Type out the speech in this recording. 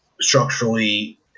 structurally